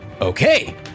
Okay